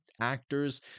actors